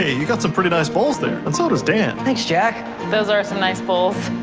you got some pretty nice bowls there. and so does dan. thanks, jack! those are some nice bowls.